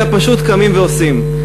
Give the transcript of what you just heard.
אלא פשוט קמים ועושים.